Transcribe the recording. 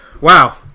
Wow